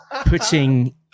putting